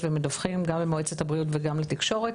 ומדווחים גם למועצת הבריאות וגם לתקשורת,